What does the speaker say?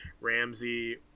ramsey